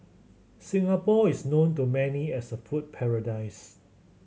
Singapore is known to many as a food paradise